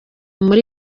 muri